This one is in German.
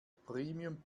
premium